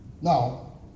Now